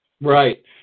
right